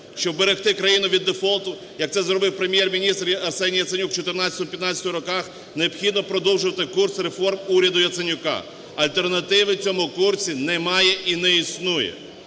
Щоб вберегти країну від дефолту, як це зробив Прем'єр-міністр Арсеній Яценюк в 2014-2015 роках, необхідно продовжити курс реформ уряду Яценюка. Альтернативи в цьому курсі немає і не існує.